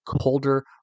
colder